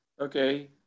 okay